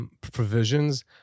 provisions